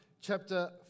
chapter